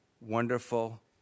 wonderful